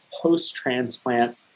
post-transplant